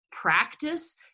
practice